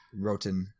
roten